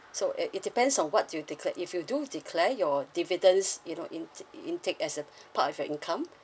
so it it depends on what you declare if you do declare your dividend you know in~ intake as a part of your income